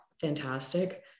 fantastic